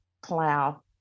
cloud